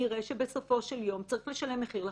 כנראה שבסופו של יום צריך לשלם מחיר לחברה.